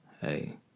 hey